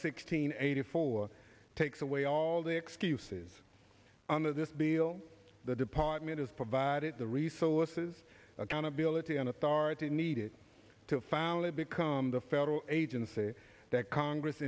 sixteen eighty four takes away all the excuses under this deal the department is provided the resources accountability and authority needed to found it become the federal agency that congress